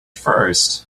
first